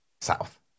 south